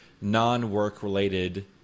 non-work-related